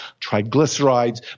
triglycerides